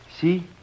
See